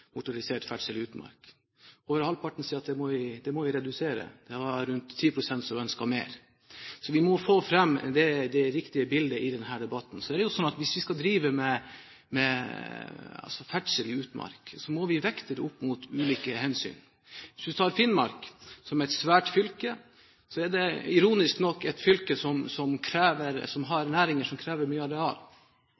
motorisert ferdsel i utmark. Over halvparten sier at det må vi redusere, rundt 10 pst. ønsker mer. Vi må få fram det riktige bildet i denne debatten. Hvis vi skal drive med ferdsel i utmark, må vi vekte det opp mot ulike hensyn. Hvis vi tar Finnmark, som er et svært fylke, er det ironisk nok et fylke som har næringer som krever